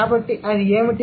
కాబట్టి అది ఏమిటి